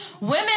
Women